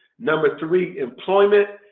number three employment.